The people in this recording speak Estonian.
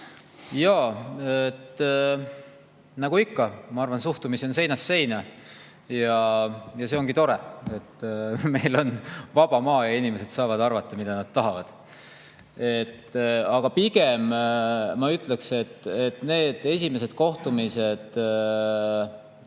kaasa. Nagu ikka, ma arvan, on suhtumisi seinast seina. See on tore, et meil on vaba maa ja inimesed saavad arvata, mida nad tahavad. Pigem ma ütleksin, et need esimesed kohtumised –